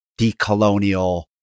decolonial